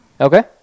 Okay